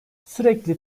sürekli